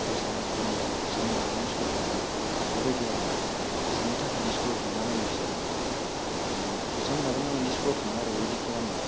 फैसा एकदम फैसा मोनाबानो स्कुल थाङा बेबायदि आरोना फैसानि थाखायनो स्कुलाव बायो बिसोरो फैसा मोनाबानो स्कुलाव थाङा आरो बिबायदि खालामो